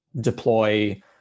deploy